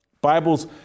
Bible's